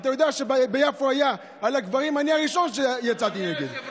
אתה יודע שכשביפו היה עניין הקברים אני הראשון שיצא נגד זה.